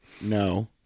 No